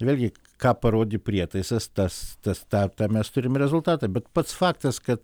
vėlgi ką parodė prietaisas tas tas tą tą mes turim rezultatą bet pats faktas kad